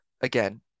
again